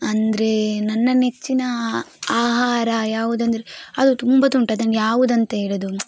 ಅಂದರೆ ನನ್ನ ನೆಚ್ಚಿನ ಆಹಾರ ಯಾವುದಂದರೆ ಅದು ತುಂಬದುಂಟು ಅದನ್ನ ಯಾವುದಂತ ಹೇಳುವುದು